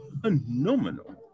phenomenal